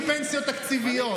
גם בלי פנסיות תקציביות.